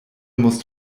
musst